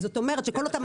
זה הזוי.